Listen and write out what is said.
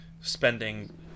spending